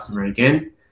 again